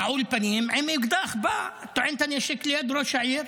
רעול פנים בא עם אקדח, טוען את הנשק ליד ראש העיר,